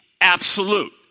absolute